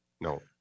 No